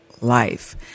life